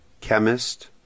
chemist